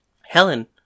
Helen